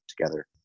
together